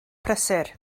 prysur